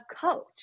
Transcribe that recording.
coach